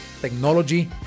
technology